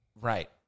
right